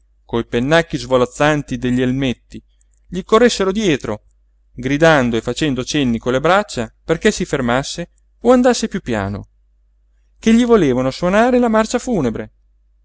coi pennacchi svolazzanti degli elmetti gli corressero dietro gridando e facendo cenni con le braccia perché si fermasse o andasse piú piano ché gli volevano sonare la marcia funebre